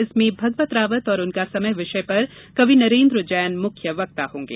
इसमें भगवत रावत और उनका समय विषय पर कवि नरेन्द्र जैन मुख्य वक्ता होंगे